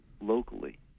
locally